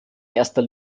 erster